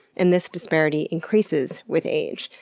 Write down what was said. and this disparity increases with age.